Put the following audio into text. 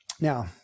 Now